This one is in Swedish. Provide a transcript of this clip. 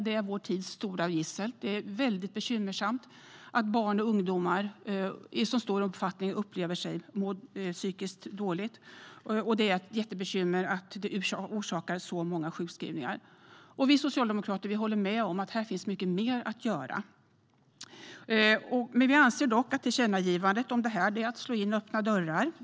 Det är vår tids stora gissel. Det är mycket bekymmersamt att barn och ungdomar i så stor omfattning upplever sig må psykiskt dåligt, och det är ett jättebekymmer att det orsakar så många sjukskrivningar. Vi socialdemokrater håller med om att det finns mycket mer att göra här. Vi anser dock att tillkännagivandet om detta är att slå in öppna dörrar.